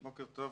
בוקר טוב,